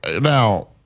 now